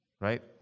right